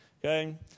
okay